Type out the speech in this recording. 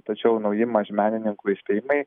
tačiau nauji mažmenininkų įspėjimai